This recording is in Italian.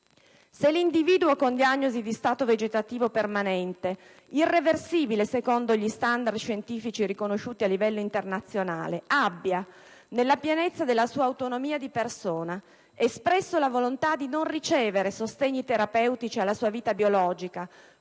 Se l'individuo con diagnosi di stato vegetativo permanente, irreversibile secondo gli standard scientifici riconosciuti a livello internazionale, abbia nella pienezza della sua autonomia di persona espresso la volontà di non ricevere sostegni terapeutici alla sua vita biologica